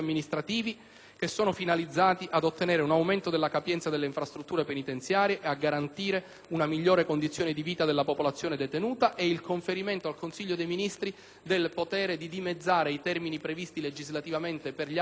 finalizzati ad ottenere un aumento della capienza delle infrastrutture penitenziarie e a garantire una migliore condizione di vita della popolazione detenuta e il conferimento al Consiglio dei ministri del potere di dimezzare i termini previsti dal punto di vista legislativo per gli atti autorizzativi